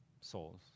souls